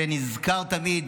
שנזכר תמיד